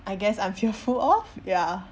I guess I'm fearful of ya